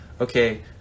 Okay